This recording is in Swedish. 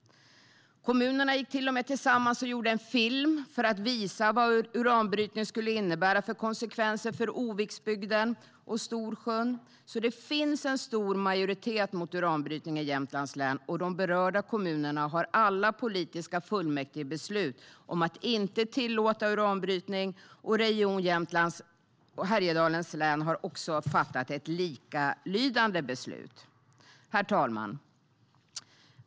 Kommunerna gick till och med tillsammans och gjorde en film för att visa vad uranbrytning skulle medföra för konsekvenser för Oviksbygden och Storsjön. Det finns alltså en stor majoritet mot uranbrytning i Jämtlands län, och de berörda kommunerna har alla politiska fullmäktigebeslut om att inte tillåta uranbrytning. Region Jämtland Härjedalen har också fattat ett likalydande beslut. Herr talman!